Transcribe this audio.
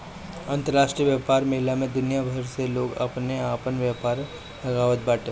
अंतरराष्ट्रीय व्यापार मेला में दुनिया भर से लोग आके आपन व्यापार लगावत बाटे